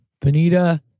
Benita